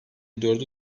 dördü